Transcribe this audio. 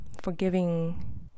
forgiving